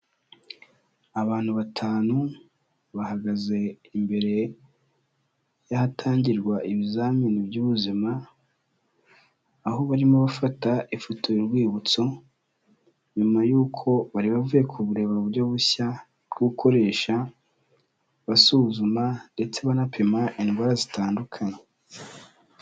Abantu batanu bahagaze imbere y'ahatangirwa ibizamini by'ubuzima, aho barimo bafata ifoto y'urwibutso nyuma yuko bari bavuye kureba uburyo bushya bwo gukoresha, basuzuma ndetse banapima indwara zitandukanye.